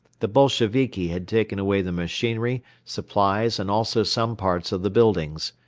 the bolsheviki had taken away the machinery, supplies and also some parts of the buildings.